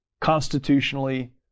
constitutionally